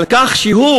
על כך שהוא,